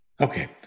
Okay